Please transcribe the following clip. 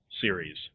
series